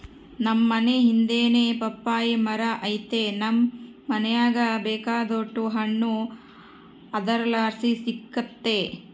ನಮ್ ಮನೇ ಹಿಂದೆನೇ ಪಪ್ಪಾಯಿ ಮರ ಐತೆ ನಮ್ ಮನೀಗ ಬೇಕಾದೋಟು ಹಣ್ಣು ಅದರ್ಲಾಸಿ ಸಿಕ್ತತೆ